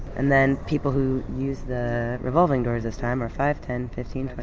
and then people who used the revolving door this time are five, ten, fifteen,